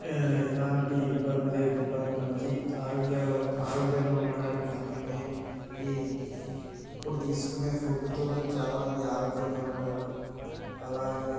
ఎలాంటి ఇబ్బంది లేకుండా మంచి ఆరోగ్యంగా ఆరోగ్యంగా ఉండటానికి కారణమే ఈ ఇప్పుడు తీసుకునే ఫుడ్తోనే చాలా మంది ఆరోగ్యంగా ఉంటారు అలాగే